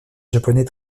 japonais